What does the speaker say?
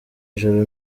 ijoro